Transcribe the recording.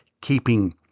keeping